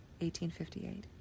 1858